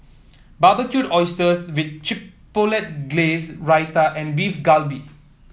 Barbecued Oysters with Chipotle Glaze Raita and Beef Galbi